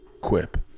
Quip